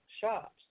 shops